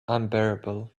unbearable